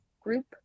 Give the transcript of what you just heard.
group